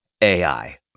AI